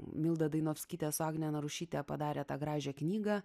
milda dainovskytė su agne narušyte padarė tą gražią knygą